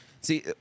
See